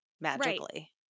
magically